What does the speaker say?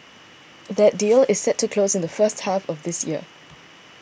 that deal is set to close in the first half of this year